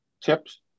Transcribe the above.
tips